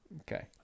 Okay